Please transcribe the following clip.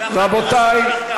רבותי,